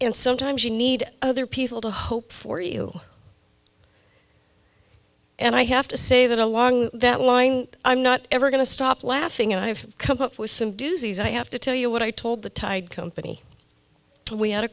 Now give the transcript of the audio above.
and sometimes you need other people to hope for you and i have to say that along that line i'm not ever going to stop laughing and i've come up with some doozies i have to tell you what i told the tide company when we had a